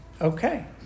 Okay